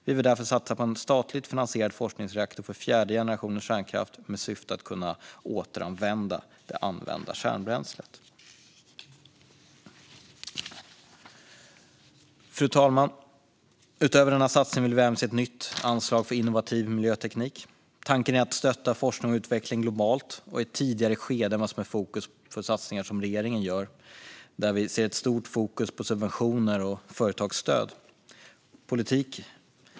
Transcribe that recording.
Vi vill därför satsa på en statligt finansierad forskningsreaktor för fjärde generationens kärnkraft med syftet att kunna återanvända det använda kärnbränslet. Fru talman! Utöver denna satsning vill vi även se ett nytt anslag för innovativ miljöteknik. Tanken är att stötta forskning och utveckling globalt och i ett tidigare skede än vad som är fokus för de satsningar som regeringen gör. Där ser vi i dag ett stort fokus på subventioner och företagsstöd.